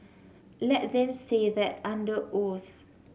let them say that under oath